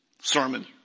sermon